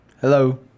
Hello